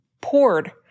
poured